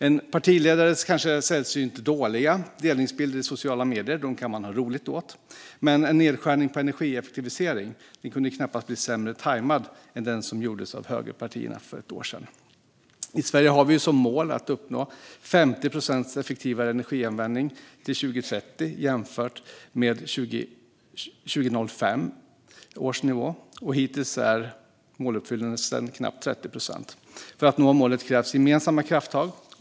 En partiledares kanske sällsynt dåliga delningsbilder i sociala medier kan man ha roligt åt. Men nedskärningen på energieffektivisering kunde knappast bli sämre tajmad än den som gjordes av högerpartierna för ett år sedan. I Sverige har vi ju som mål att uppnå 50 procent effektivare energianvändning till 2030 jämfört med 2005 års nivå. Hittills är måluppfyllelsen knappt 30 procent. För att nå målet krävs gemensamma krafttag.